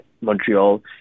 Montreal